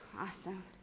Awesome